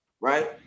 right